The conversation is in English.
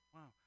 Wow